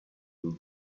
will